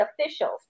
officials